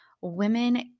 women